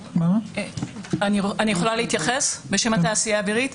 אני יכולה להתייחס בשם התעשייה האווירית,